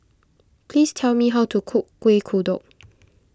please tell me how to cook Kuih Kodok